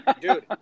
Dude